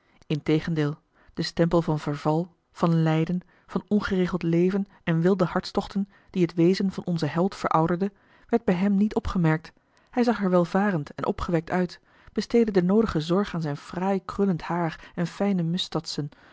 integendeel de stempel van verval van lijden van ongeregeld leven en wilde hartstochten die het wezen van onzen held verouderde werd bij hem niet opgemerkt hij zag er welvarend en opgewekt uit besteedde de noodige zorg aan zijn fraai krullend haar en fijne mustatsen